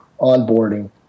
onboarding